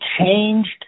changed